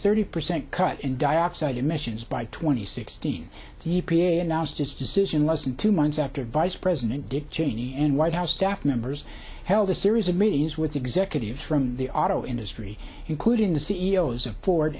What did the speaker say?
thirty percent cut in dioxide emissions by twenty sixteen the e p a announced its decision less than two months after vice president dick cheney and white house staff members held a series of meetings with executives from the auto industry including the c e o s of for